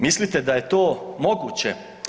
Mislite da je to moguće?